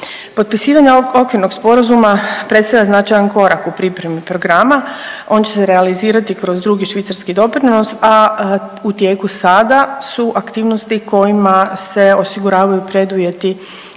Potpisivanje ovog okvirnog sporazuma predstavlja značajan korak u pripremi programa, on će se realizirati kroz drugi švicarski doprinos, a u tijeku sada su aktivnosti kojima se osiguravaju preduvjeti